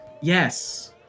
Yes